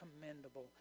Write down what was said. commendable